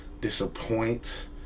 disappoint